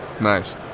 nice